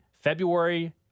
February